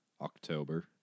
October